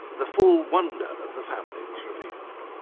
the full wonder of the family was revealed.